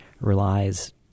relies